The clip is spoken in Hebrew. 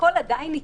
הכול עדיין התקהלות.